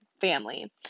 family